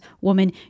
woman